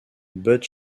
bud